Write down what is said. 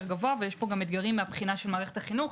גבוה ויש פה אתגרים גם מהבחינה של מערכת החינוך.